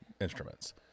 instruments